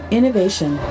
Innovation